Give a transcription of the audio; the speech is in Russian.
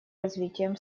развитием